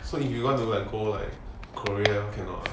so if you want to let go like korea cannot